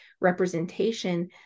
representation